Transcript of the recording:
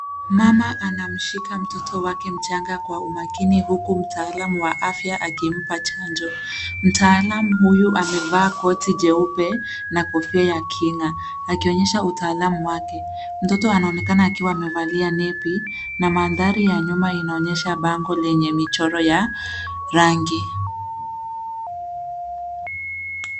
Mama anamshika mtoto wake mchanga kwa umakini, huku mtaalamu wa afya akimpa chanjo. Mtaalamu huyu amevaa koti jeupe na kofia ya kinga akionyesha utaalamu wake. Mtoto anaonekana akiwa amevalia nepi na mandhari ya nyuma inaonyesha bango lenye michoro ya rangi.